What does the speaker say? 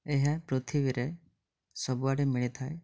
ଏହା ପୃଥିବୀରେ ସବୁଆଡ଼େ ମିଳିଥାଏ